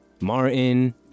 Martin